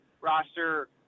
roster